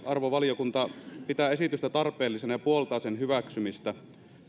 arvovaliokunta pitää esitystä tarpeellisena ja puoltaa sen hyväksymistä